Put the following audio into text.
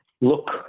look